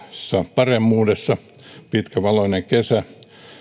paremmuudessa pitkä valoinen kesä